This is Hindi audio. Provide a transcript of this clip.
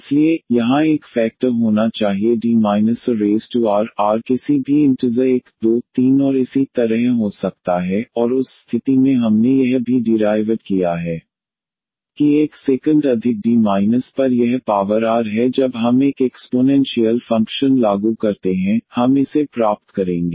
इसलिए यहाँ एक फेक्टर होना चाहिए D ar r किसी भी इन्टिजर 1 2 3 और इसी तरह हो सकता है और उस स्थिति में हमने यह भी डीराइवड किया है कि 1 से अधिक D माइनस पर यह पावर r है जब हम एक एक्स्पोनेंशियल फंक्शन लागू करते हैं हम इसे प्राप्त करेंगे